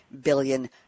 billion